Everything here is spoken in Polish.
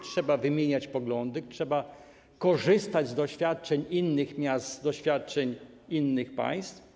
Trzeba wymieniać poglądy, trzeba korzystać z doświadczeń innych miast, innych państw.